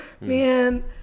Man